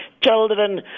children